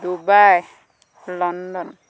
Dubai London